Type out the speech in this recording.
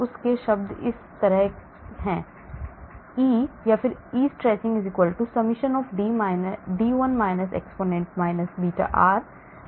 उस के लिए शब्द इस तरह है E E stretching summation of D 1 - exponent - beta r - r0 whole square